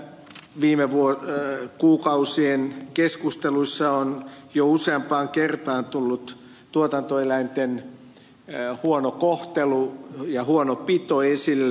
viime kuukausien keskusteluissa on jo useampaan kertaan tullut tuotantoeläinten huono kohtelu ja huono pito esille